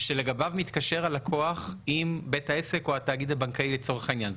שלגביו מתקשר הלקוח עם בית העסק או התאגיד הבנקאי לצורך העניין.